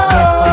yes